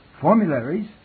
formularies